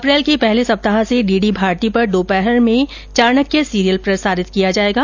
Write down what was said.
अप्रैल के पहले सप्ताह से डीडी भारती पर दोपहर में चाणक्य सीरियल प्रसारित किया जाएगा